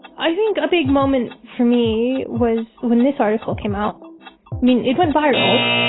i think a big moment for me was when this article came out i mean it went viral.